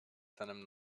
seinem